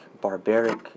barbaric